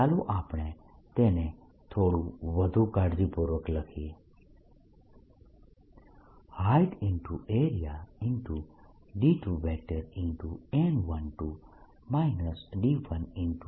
ચાલો આપણે તેને થોડુ વધુ કાળજીપૂર્વક લખીએ Height × Area × D2